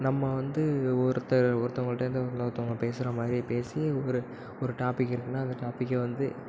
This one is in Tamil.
நம்ம வந்து ஒருத்தர் ஒருத்தவங்கள்கிட்ட இருந்து இன்னொருத்தவங்க பேசுற மாரி பேசி ஒரு ஒரு டாப்பிக் இருக்குன்னா அந்த டாப்பிக்கை வந்து